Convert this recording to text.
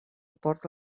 porta